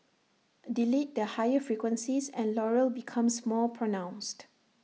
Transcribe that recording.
delete the higher frequencies and Laurel becomes more pronounced